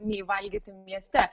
nei valgyti mieste